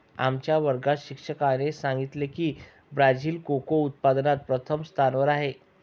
आमच्या वर्गात शिक्षकाने सांगितले की ब्राझील कोको उत्पादनात प्रथम स्थानावर आहे